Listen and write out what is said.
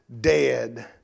dead